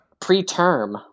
preterm